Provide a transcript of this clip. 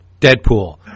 Deadpool